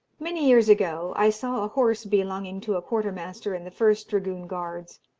many years ago, i saw a horse belonging to a quartermaster in the first dragoon guards,